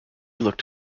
looked